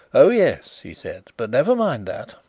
oh yes, he said. but never mind that.